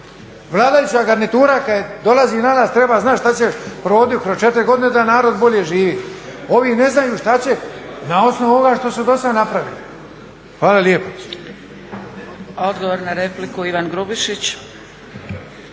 Vladajuća garnitura kad dolazi na vlast treba znati što će provoditi kroz 4 godine da narod bolje živi. Ovi ne znaju što će, na osnovu ovoga što su dosad napravili. Hvala lijepa.